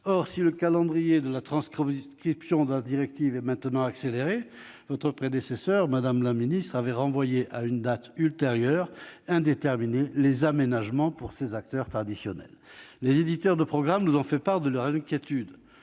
Or si le calendrier de la transcription de la directive est maintenant accéléré, votre prédécesseur, madame la ministre, avait renvoyé à une date ultérieure indéterminée les aménagements pour ces acteurs traditionnels. Les éditeurs de programmes nous ont fait part de leurs inquiétudes,